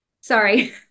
Sorry